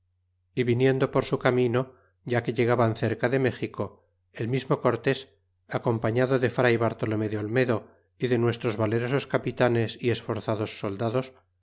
y viniendo por su camino ya que llegaban cerca de méxico el mismo cortés acompañado de fray bartolome de olmedo y de nuestros valerosos capitanes y esforzados soldados